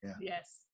Yes